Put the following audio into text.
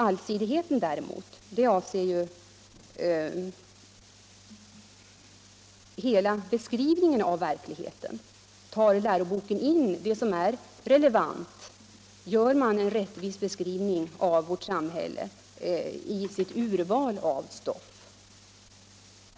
Allsidigheten däremot avser ju hela beskrivningen av verkligheten. Tar läroboken upp det som är relevant? Ger man genom sitt urval av stoff en rättvis beskrivning av vårt samhälle?